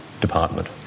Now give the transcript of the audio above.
department